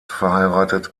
verheiratet